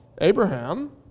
Abraham